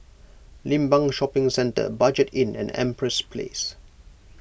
Limbang Shopping Centre Budget Inn and Empress Place